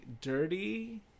dirty